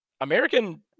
American